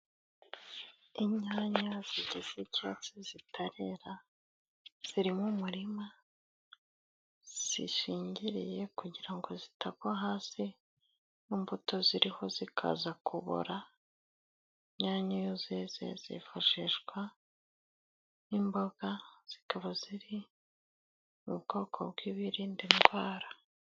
Inyanya zisa n'icyatsi zitarera, ziri mu murima, zishingirye kugira ngo zitagwa hasi, n'imbuto ziriho zikaza kubora. Inyanya zeze zifashishwa nk'imboga, zikaba ziri bwoko bw'ibirinda indwara.